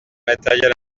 matériel